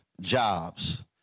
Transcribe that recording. jobs